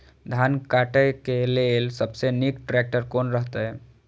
धान काटय के लेल सबसे नीक ट्रैक्टर कोन रहैत?